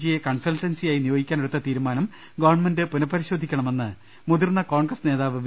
G യെ കൺസൾട്ടൻസിയായി നിയോഗിക്കാനെടുത്ത തീരുമാനം ഗവൺമെന്റ് പുനപരിശോധിക്കണമെന്ന് മുതിർന്ന കോൺഗ്രസ് നേതാവ് വി